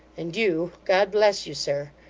and you god bless you, sir.